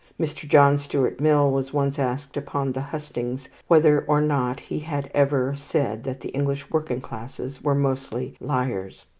mr. john stuart mill was once asked upon the hustings whether or not he had ever said that the english working-classes were mostly liars.